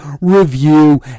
review